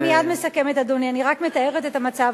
אני מייד מסכמת, אדוני, אני רק מתארת את המצב.